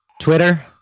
Twitter